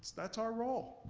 that's our role.